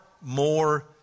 more